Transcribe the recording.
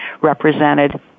represented